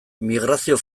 migrazio